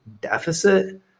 deficit